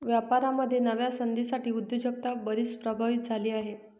व्यापारामध्ये नव्या संधींसाठी उद्योजकता बरीच प्रभावित झाली आहे